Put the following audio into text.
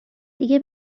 دیگه